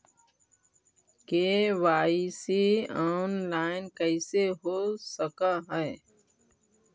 KYC online कैसे हो सक है?